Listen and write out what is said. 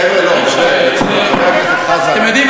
אתם יודעים,